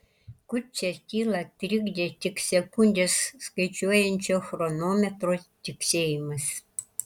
kurčią tylą trikdė tik sekundes skaičiuojančio chronometro tiksėjimas